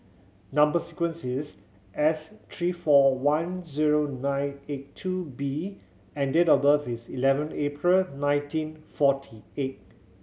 number sequence is S three four one zero nine eight two B and date of birth is eleven April nineteen forty eight